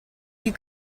you